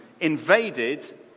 invaded